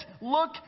Look